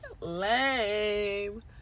lame